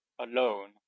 alone